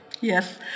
yes